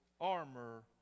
armor